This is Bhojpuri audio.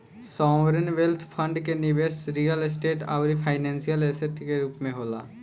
सॉवरेन वेल्थ फंड के निबेस रियल स्टेट आउरी फाइनेंशियल ऐसेट के रूप में होला